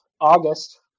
August